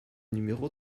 numéro